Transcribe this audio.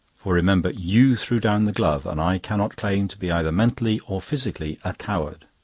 for remember you threw down the glove, and i cannot claim to be either mentally or physically a coward!